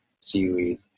seaweed